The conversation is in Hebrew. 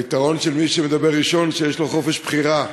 היתרון של מי שמדבר ראשון הוא שיש לו חופש בחירה.